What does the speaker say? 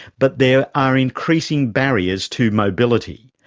but there are increasing barriers to mobility.